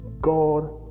God